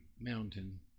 mountain